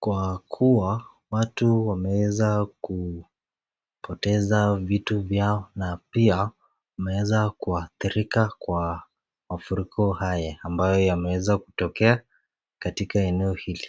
kwa kuwa watu wameweza kupoteza vitu vyao na pia wameweza kuadhirika kwa mafuriko haya ambayo yameweza kutokea katika eneo hili.